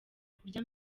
kurya